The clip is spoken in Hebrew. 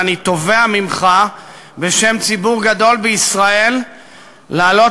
ואני תובע ממך בשם ציבור גדול בישראל לעלות